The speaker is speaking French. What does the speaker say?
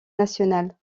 nationale